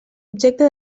objecte